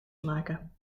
maken